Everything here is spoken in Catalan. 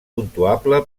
puntuable